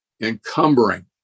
encumbering